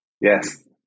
Yes